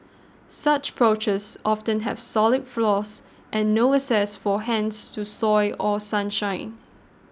such porches often have solid floors and no access for hens to soil or sunshine